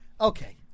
Okay